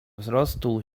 wzrostu